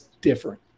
different